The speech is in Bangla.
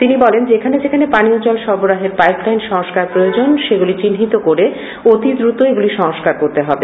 তিনি বলেন যেখানে যেখানে পানীয় জপল সরবরাহের পাইপ লাইন সংস্কার প্রয়োজন সেগুলি চিহ্নিত করে অতিদ্রুত এগুলি সংস্কার করতে হবে